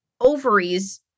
ovaries